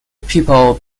people